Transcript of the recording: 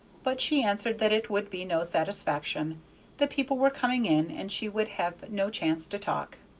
but she answered that it would be no satisfaction the people were coming in, and she would have no chance to talk.